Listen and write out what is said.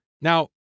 Now